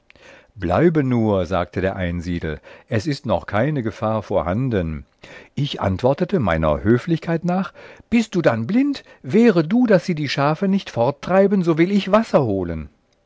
bleib nur sagte der einsiedel es ist noch keine gefahr vorhanden ich antwortete meiner höflichkeit nach bist du dann blind wehre du daß sie die schafe nicht forttreiben so will ich wasser holen